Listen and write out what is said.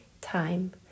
time